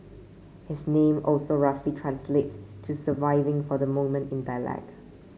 his name also roughly translate to surviving for the moment in dialect